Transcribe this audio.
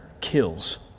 kills